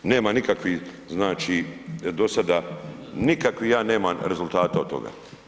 Nema nikakvih znači do sada nikakvih ja nemam rezultata od toga.